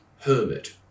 hermit